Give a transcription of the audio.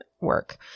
work